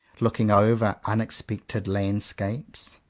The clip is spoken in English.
looking over unexpected landscapes.